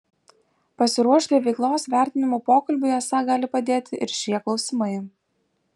pasiruošti veiklos vertinimo pokalbiui esą gali padėti ir šie klausimai